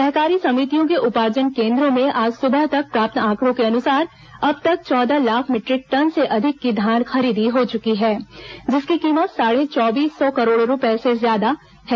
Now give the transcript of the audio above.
सहकारी समितियों के उपार्जन केन्द्रों में आज सुबह तक प्राप्त आंकड़ों के अनुसार अब तक चौदह लाख मीटरिक टन से अधिक की धान खरीदी हो चुकी है जिसकी कीमत साढ़े चौबीस सौ करोड़ रूपए से ज्यादा है